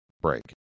break